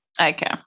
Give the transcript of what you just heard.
Okay